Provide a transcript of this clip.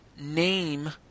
name